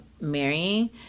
marrying